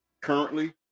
currently